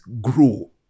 grow